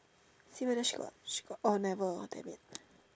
see whether she got got orh never damn it